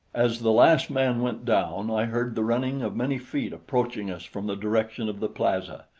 as the last man went down, i heard the running of many feet approaching us from the direction of the plaza.